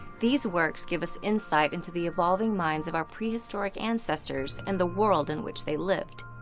these works give us insight into the evolving minds of our prehistoric ancestors and the world in which they lived.